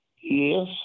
Yes